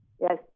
Yes